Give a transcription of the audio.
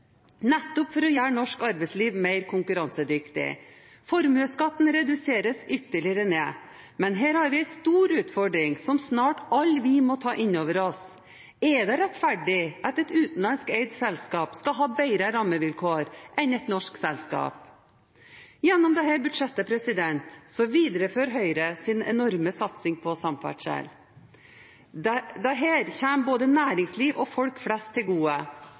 nettopp for å gjøre norsk arbeidsliv mer konkurransedyktig. Formuesskatten reduseres ytterligere, men her har vi en stor utfordring som snart alle vi må ta inn over oss. Er det rettferdig at et utenlandseid selskap skal ha bedre rammevilkår enn et norsk selskap? Gjennom dette budsjettet viderefører Høyre sin enorme satsning på samferdsel. Dette kommer både næringsliv og folk flest til gode.